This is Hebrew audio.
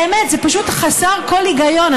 באמת, זה פשוט חסר כל היגיון.